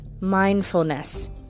mindfulness